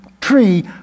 tree